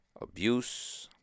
Abuse